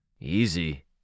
Easy